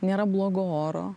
nėra blogo oro